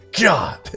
God